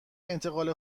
انتقال